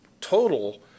total